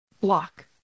block